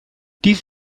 dies